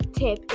tip